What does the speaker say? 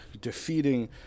defeating